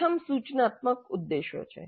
પ્રથમ સૂચનાત્મક ઉદ્દેશો છે